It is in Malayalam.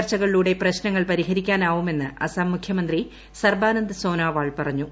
ചർച്ചകളിലുടെ പ്രശ്നങ്ങൾ പരിഹരിക്കാനാവുമെന്ന് അസം മുഖ്യമന്ത്രി ് സർബാനന്ദ സോനോവാൾ പറഞ്ഞു